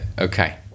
okay